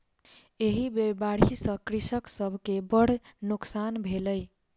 एहि बेर बाढ़ि सॅ कृषक सभ के बड़ नोकसान भेलै